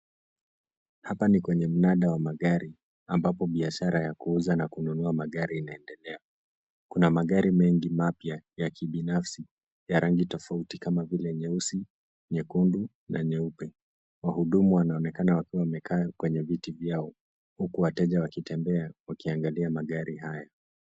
Hapa ni kwenye mnada wa magari ambapo biashara ya kuuza na kununua magari inaendelea. Kuna magari mengi mapya ya kibinafsi ya rangi tofauti kama vile nyeusi, nyekundu na nyeupe. Wahudumu wanaonekana wakiwa wamekaa kwenye viti vyao huku wateja wakitembea wakiangalia magari hayo.